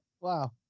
Wow